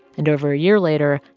and, over a year later,